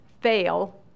fail